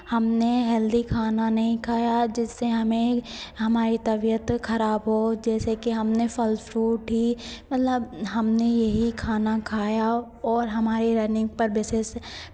हमने हेल्दी खाना नहीं खाया जिससे हमे हमारी तबियत खराब हो जैसे कि हमने फल फ्रूट ही मतलब हमने यही खाना खाया और हमारी रनिंग पर विशेष